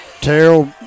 Terrell